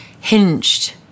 hinged